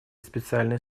специальной